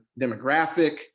demographic